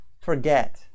forget